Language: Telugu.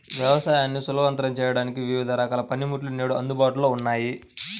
వ్యవసాయాన్ని సులభతరం చేయడానికి వివిధ రకాల పనిముట్లు నేడు అందుబాటులో ఉన్నాయి